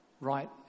right